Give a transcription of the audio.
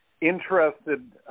interested